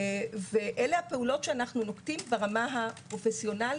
אלה הפעולות שאנו נוקטים ברמה הפרופסיונלית,